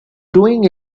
doing